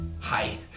Hi